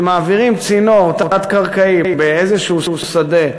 כשמעבירים צינור תת-קרקעי באיזשהו שדה